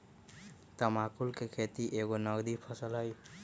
तमाकुल कें खेति एगो नगदी फसल हइ